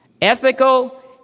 Ethical